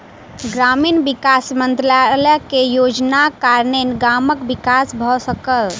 ग्रामीण विकास मंत्रालय के योजनाक कारणेँ गामक विकास भ सकल